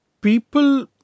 people